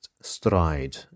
Stride